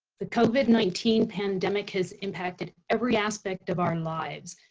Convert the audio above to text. the covid nineteen pandemic has impacted every aspect of our lives,